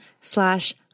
slash